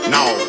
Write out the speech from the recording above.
Now